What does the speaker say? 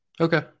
okay